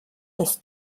des